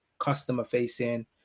customer-facing